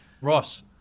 Ross